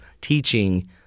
teaching